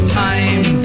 time